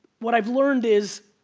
what i've learned is,